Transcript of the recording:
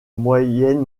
moyenne